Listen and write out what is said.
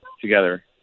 together